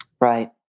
Right